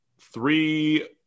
three